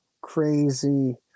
crazy